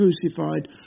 crucified